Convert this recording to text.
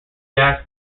gas